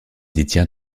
détient